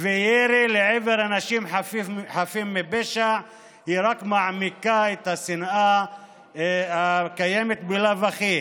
וירי לעבר אנשים חפים מפשע רק מעמיקה את השנאה הקיימת בלאו הכי